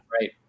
Right